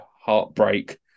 heartbreak